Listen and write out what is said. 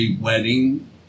wedding